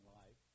life